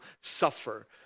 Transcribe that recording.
suffer